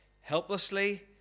helplessly